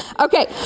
Okay